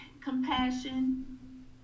compassion